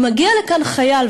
אם מגיע לכאן חייל,